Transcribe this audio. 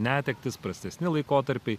netektys prastesni laikotarpiai